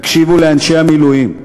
תקשיבו לאנשי המילואים.